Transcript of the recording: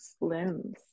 limbs